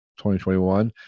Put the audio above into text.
2021